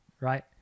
Right